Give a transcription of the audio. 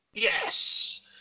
Yes